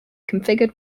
configured